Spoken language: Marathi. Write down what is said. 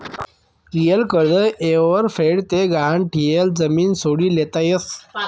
लियेल कर्ज येयवर फेड ते गहाण ठियेल जमीन सोडी लेता यस